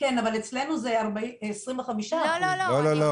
כן אבל אצלנו זה 25%. לא לא לא,